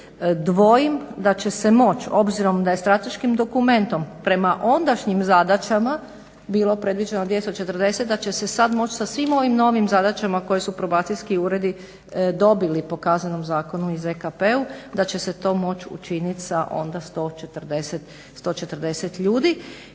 Dvojim da će se moći, obzirom da je strateškim dokumentom prema ondašnjim zadaćama bilo predviđeno 240, da će se sad moći sa svim ovim novim zadaća koje su probacijski uredi dobili po kaznenom zakonu i ZKP-u, da će se to moći učinit sa onda 140 ljudi